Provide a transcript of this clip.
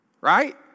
Right